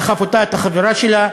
דחף אותה, את החברה שלה,